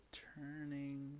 turning